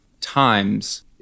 times